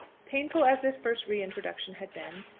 painful as this first re-introduction had been,